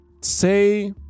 say